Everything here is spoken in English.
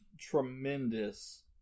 tremendous